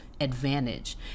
advantage